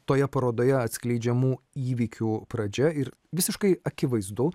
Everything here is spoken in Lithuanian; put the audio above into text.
toje parodoje atskleidžiamų įvykių pradžia ir visiškai akivaizdu